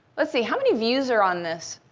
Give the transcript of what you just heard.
let's see how many views are on this?